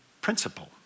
principle